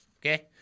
Okay